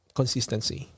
consistency